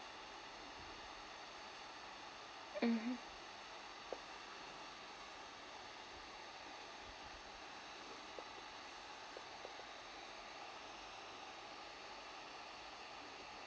mmhmm